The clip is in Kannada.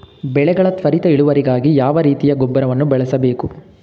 ಬೆಳೆಗಳ ತ್ವರಿತ ಇಳುವರಿಗಾಗಿ ಯಾವ ರೀತಿಯ ಗೊಬ್ಬರವನ್ನು ಬಳಸಬೇಕು?